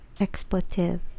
expletive